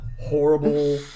horrible